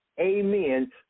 amen